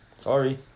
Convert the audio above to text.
Sorry